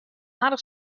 aardich